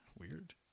weird